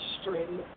string